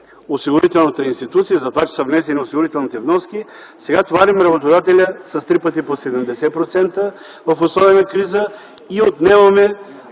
осигурителната институция, заради това че са внесени осигурителните вноски, сега товарим работодателя с три пъти по 80% в условия на криза и отнемаме